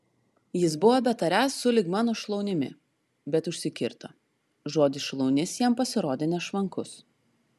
jis buvo betariąs sulig mano šlaunimi bet užsikirto žodis šlaunis jam pasirodė nešvankus